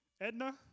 Edna